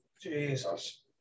Jesus